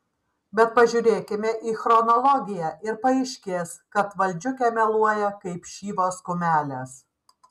bet pažiūrėkime į chronologiją ir paaiškės kad valdžiukė meluoja kaip šyvos kumelės